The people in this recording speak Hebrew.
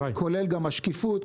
כולל גם השקיפות,